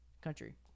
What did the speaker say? country